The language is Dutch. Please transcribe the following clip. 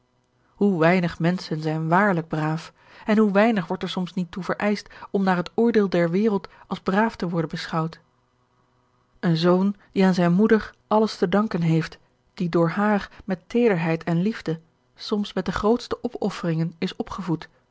hoe weinig menschen zijn waarlijk braaf en hoe weinig wordt er soms niet toe vereischt om naar het oordeel der wereld als braaf te worden beschouwd een zoon die aan zijne moeder alles te danken heeft die door haar met teederheid en liefde soms met de grootste opofferingen is opgevoed